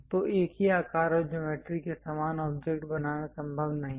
तो एक ही आकार और ज्योमेट्री के समान ऑब्जेक्ट बनाना संभव नहीं है